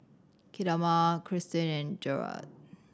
Kamilah Cristine and Gerda